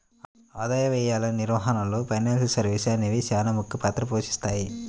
ఆదాయ వ్యయాల నిర్వహణలో ఫైనాన్షియల్ సర్వీసెస్ అనేవి చానా ముఖ్య పాత్ర పోషిత్తాయి